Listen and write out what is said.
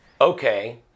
okay